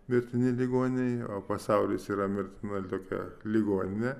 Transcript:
mirtini ligoniai o pasaulis yra mirtina tokia ligoninė